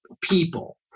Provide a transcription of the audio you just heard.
people